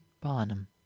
Barnum